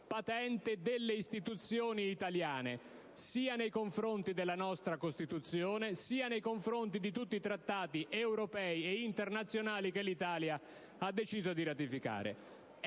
patente delle istituzioni italiane nei confronti della nostra Costituzione e di tutti i trattati europei ed internazionali che l'Italia ha deciso di ratificare.